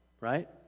right